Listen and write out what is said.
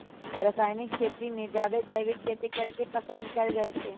रासायनिक खेती से जादे जैविक खेती करे के पसंद कएल जाई छई